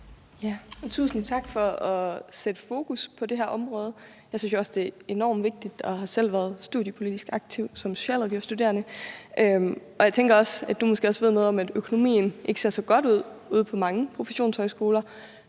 Tusind tak for at sætte fokus på det her område. Jeg synes jo også, det er enormt vigtigt, og jeg har selv været studiepolitisk aktiv som socialrådgiverstuderende. Jeg tænker, at du måske også ved noget om, at økonomien ikke ser så god ud på mange professionshøjskoler,